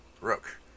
Rook